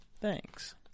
thanks